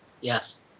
Yes